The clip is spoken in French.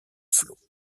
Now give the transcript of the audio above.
flots